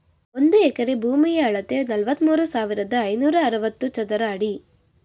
ಒಂದು ಎಕರೆ ಭೂಮಿಯ ಅಳತೆ ನಲವತ್ಮೂರು ಸಾವಿರದ ಐನೂರ ಅರವತ್ತು ಚದರ ಅಡಿ